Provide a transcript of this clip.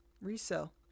Resell